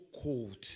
cold